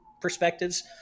Perspectives